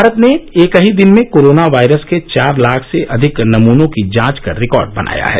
भारत ने एक ही दिन में कोरोना वायरस के चार लाख से अधिक नमूनों की जांच कर रिकॉर्ड बनाया है